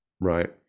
Right